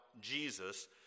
Jesus